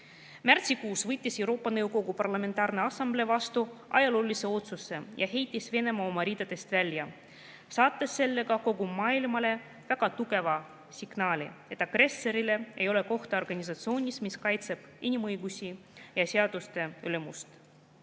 Märtsikuus võttis Euroopa Nõukogu Parlamentaarne Assamblee vastu ajaloolise otsuse ja heitis Venemaa oma ridadest välja, saates sellega kogu maailmale väga tugeva signaali: agressoril ei ole kohta organisatsioonis, mis kaitseb inimõigusi ja seaduste ülimust.